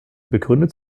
begründet